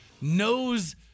knows